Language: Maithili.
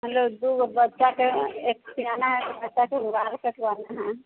हमरा दुगो बच्चाके एक सयाना एक बच्चाके बाल कटवाना है